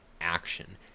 action